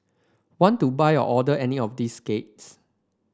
want to buy or order any of these cakes